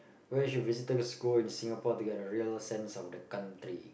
where should visitors go in Singapore to get a real sense of the country